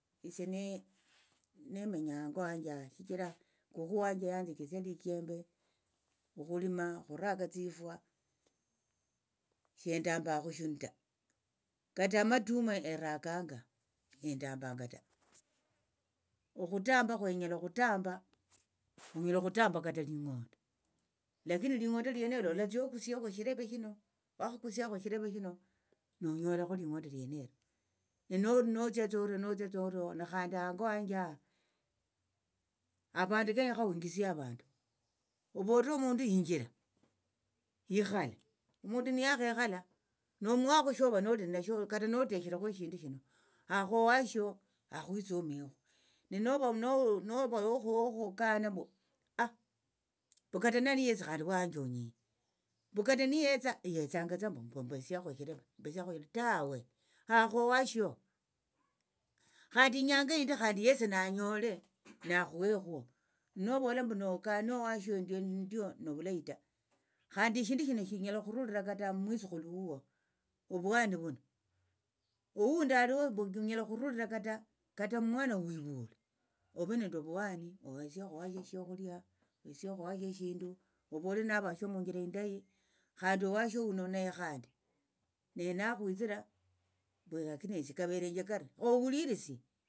Esie namenya hango wanje ha shichira kukhu wanje yanjethesia lichembe okhulima okhuraka tsifwa shendambakhu eshindu ta kata amatuma erakanga shendambanga ta okhutamba khwenyala okhutamba onyala okhutamba kata ling'ondo lakini ling'ondo lienelo olatsia okusiekho eshileve shino wakhakusiakhu eshileve shino nonyolakho ling'ondo lienelo notsia notsiatso orio nekhandi hango wanjaha avandu kenyakha winjisie avandu ovolire omundu yinjira ikhala omundu niyakhekhala nomuhakho shova noli nasho kata noteshirekhu eshindu shino hakhu owashio akhwitsomiekho nova wokhukananga mbu kata nani yesi wayanjonyie mbu kata neyetsa yetsanga tsa mbu mbesiakhu eshileve mbesiakhu eshileve tawe hakho owasho khandi inyangi yindi khandi yesi nanyole nakhuhekho novola mbu nokane owasho ndio novulayi ta khandi eshindu shino shinyala okhurulira kata mumwitsukhulu huo ovuhani vuno oundi aliho vunyala okhulira kata kata mum mumwana uwivule ove nende ovuhani ohesiekho owashio shokhulia owesiekho eshindu ovole navashio munjira indayi khandi owashio huno nehe khandi nakhwitsira akinesi kaverenje kari ohulirisie.